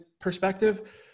perspective